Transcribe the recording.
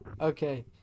Okay